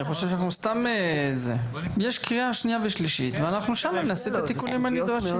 יש קריאה שנייה ושלישית ואנחנו שם נעשה את התיקונים הנדרשים.